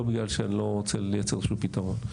לא בגלל שאני לא רוצה לייצר איזשהו פתרון.